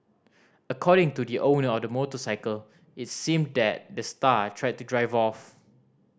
according to the owner of the motorcycle it seemed that the star tried to drive off